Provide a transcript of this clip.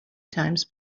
times